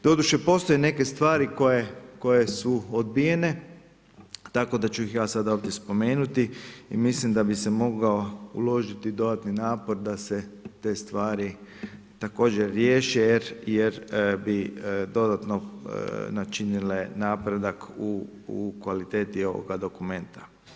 Doduše postoje neke stvari koje su odbijene, tako da ću ih ja sada ovdje spomenuti i mislim da bi se mogao uložiti dodatni napor da se te stvari također riješe jer bi dodatno načinile napredak u kvaliteti ovoga dokumenta.